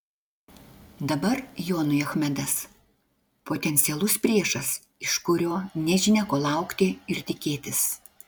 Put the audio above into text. dabar jonui achmedas potencialus priešas iš kurio nežinia ko laukti ir tikėtis